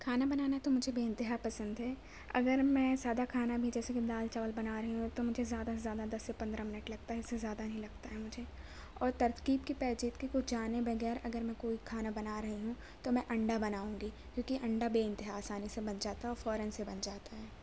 کھانا بنانا تو مجھے بے انتہا پسند ہے اگر میں سادہ کھانا بھی جیسے کہ دال چاول بنا رہی ہوں تو مجھے زیادہ سے زیادہ دس سے پندرہ منٹ لگتا ہے اس سے زیادہ نہیں لگتا ہے مجھے اور ترکیب کی پیچیدگی کو جانے بغیر اگر میں کوئی کھانا بنا رہی ہوں تو میں انڈا بناؤں گی کیونکہ انڈا بے انتہا آسانی سے بن جاتا ہے اور فوراََ سے بن جاتا ہے